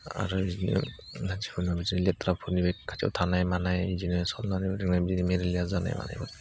आरो बिदिनो मानसिफोरना बिदिनो लेथ्राफोरनि बे खाथियाव थानाय मानाय बिदिनो सन्देरनानै बिदिनो मिलिरिया जानाय मानाय